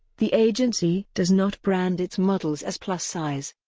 the agency does not brand its models as plus-size.